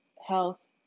health